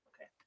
Okay